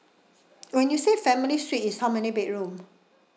when you say family suite is how many bedroom